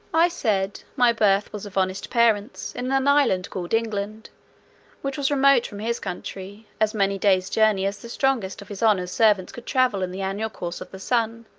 i said, my birth was of honest parents, in an island called england which was remote from his country, as many days' journey as the strongest of his honour's servants could travel in the annual course of the sun